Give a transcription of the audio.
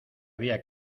había